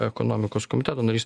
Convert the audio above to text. ekonomikos komiteto narys